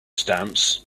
stamps